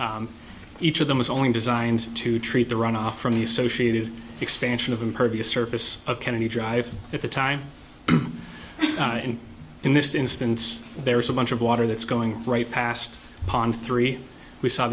each of them was only designed to treat the runoff from the associated expansion of impervious surface of kennedy drive at the time and in this instance there is a bunch of water that's going right past the pond three we saw